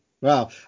Wow